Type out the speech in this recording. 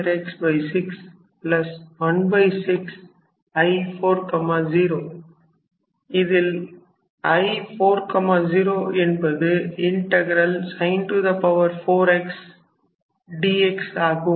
இதில் I4 0 என்பது sin 4x dx ஆகும்